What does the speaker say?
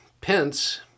Pence